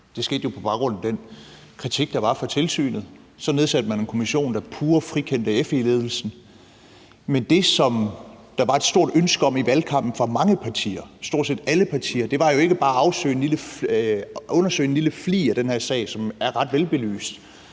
Det skete jo på baggrund af den kritik, der var fra tilsynet; så nedsatte man en kommission, der pure frikendte FE-ledelsen, men det, der i valgkampen var et stort ønske om fra mange partiers side, stort set alle partiers, var jo ikke bare at undersøge en lille flig af den her sag, som jo er ret velbelyst.